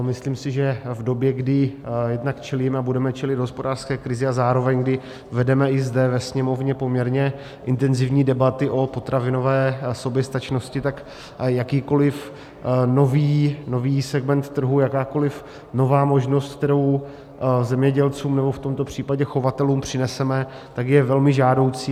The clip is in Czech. Myslím si, že v době, kdy jednak čelíme a budeme čelit hospodářské krizi a kdy zároveň vedeme i zde ve Sněmovně poměrně intenzivní debaty o potravinové soběstačnosti, tak jakýkoli nový segment trhu, jakákoli nová možnost, kterou zemědělcům nebo v tomto případě chovatelům přineseme, je velmi žádoucí.